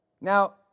now